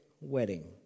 wedding